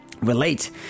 relate